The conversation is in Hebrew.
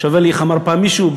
איך אמר פעם מישהו?